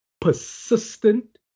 persistent